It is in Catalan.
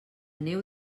neu